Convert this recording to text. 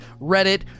Reddit